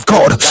God